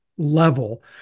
Level